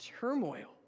turmoil